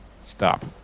stop